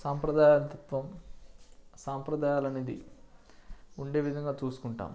సాంప్రదాయతత్వం సాంప్రదాయాలు అ నేవి ఉండే విధంగా చూసుకుంటాం